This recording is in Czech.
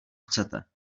chcete